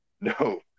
No